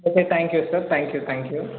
okay thank you sir thank you thank you